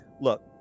Look